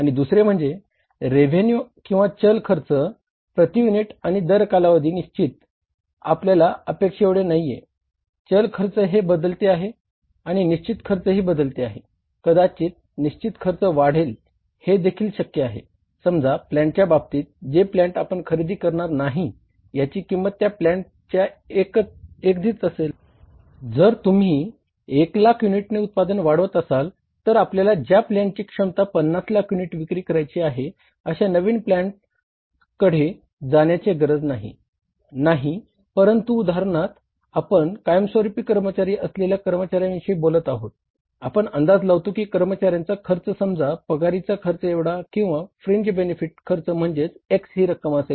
आणि दुसरे म्हणजे रेव्हेन्यू खर्च म्हणजे x ही रक्कम असेल परंतु हे निशचित खर्च असेल